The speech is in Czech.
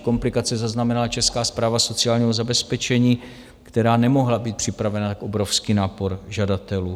Komplikace zaznamenala Česká správa sociálního zabezpečení, která nemohla být připravená na tak obrovský nápor žadatelů.